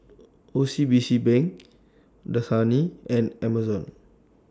O C B C Bank Dasani and Amazon